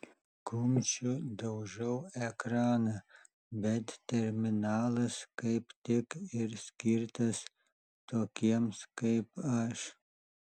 kumščiu daužau ekraną bet terminalas kaip tik ir skirtas tokiems kaip aš